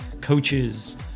coaches